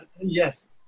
Yes